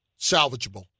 salvageable